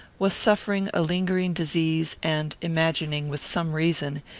was suffering a lingering disease, and, imagining, with some reason,